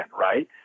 right